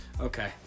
Okay